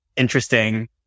interesting